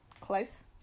Close